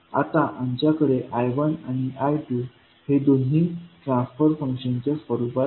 आता आमच्याकडे I1आणि I2 हे दोन्ही ट्रान्सफर फंक्शनच्या स्वरूपात आहे